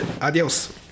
adios